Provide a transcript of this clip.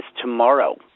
tomorrow